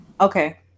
Okay